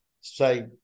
say